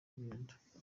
kugenda